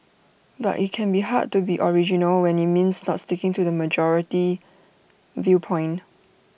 but IT can be hard to be original when IT means not sticking to the majority viewpoint